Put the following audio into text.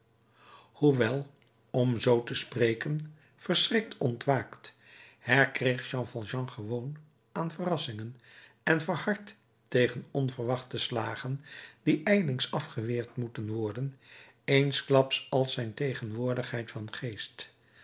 hoewel om zoo te spreken verschrikt ontwaakt herkreeg jean valjean gewoon aan verrassingen en verhard tegen onverwachte slagen die ijlings afgeweerd moeten worden eensklaps al zijn tegenwoordigheid van geest